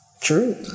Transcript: True